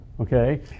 okay